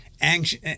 anxious